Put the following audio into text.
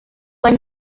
ein